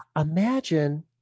imagine